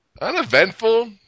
Uneventful